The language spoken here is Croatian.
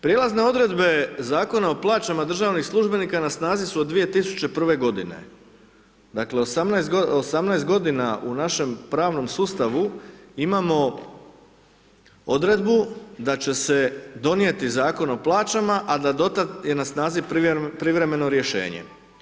Prijelazne odredbe Zakona o plaćama državnih službenika na snazi su od 2001. g., dakle 18 g. u našem pravnom sustavu imamo odredbu da će se donijeti Zakona o plaćama a da do tad je snazi je privremeno rješenje.